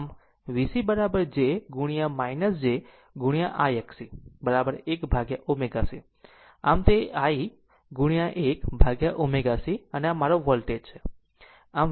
આમ VC j ગુણ્યા j ગુણ્યા I Xc 1 ભાગ્યા ω c આમ તે I into 1 upon ω c અને આ મારો વોલ્ટેજ V છે